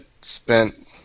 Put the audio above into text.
spent